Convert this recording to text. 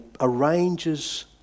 arranges